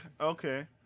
Okay